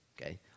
Okay